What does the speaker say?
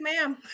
ma'am